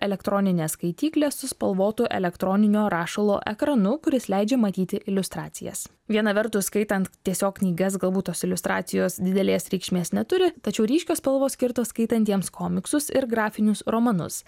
elektroninė skaityklė su spalvotu elektroninio rašalo ekranu kuris leidžia matyti iliustracijas viena vertus skaitant tiesiog knygas galbūt tos iliustracijos didelės reikšmės neturi tačiau ryškios spalvos skirtos skaitantiems komiksus ir grafinius romanus